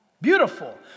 Beautiful